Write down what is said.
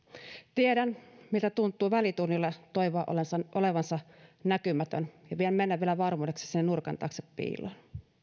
tiedän miltä tuntuu välitunnilla toivoa olevansa näkymätön ja vielä mennä mennä varmuudeksi sinne nurkan taakse piiloon